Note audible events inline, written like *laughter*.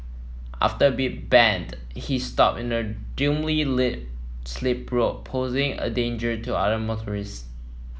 after a big bend he stopped in a *unintelligible* lit slip road posing a danger to other motorists